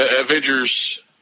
Avengers